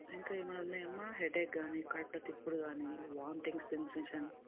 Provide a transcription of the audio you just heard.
ఇంకా ఏమైన ఉన్నాయా అమ్మ హెడేక్ కానీ కడుపులో తిప్పుడు కానీ వామింటింగ్ సెన్సేషన్